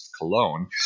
Cologne